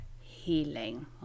healing